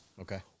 Okay